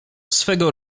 swego